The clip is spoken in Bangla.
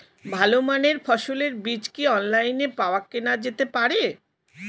ভালো মানের ফসলের বীজ কি অনলাইনে পাওয়া কেনা যেতে পারে?